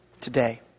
today